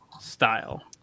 style